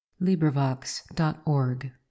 LibriVox.org